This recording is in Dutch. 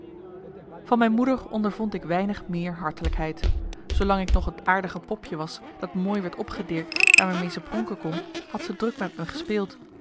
van mijn moeder ondervond ik weinig meer hartelijkheid zoolang ik nog het aardige popje was dat mooi werd opgedirkt en waarmee ze pronken kon had ze druk met me gespeeld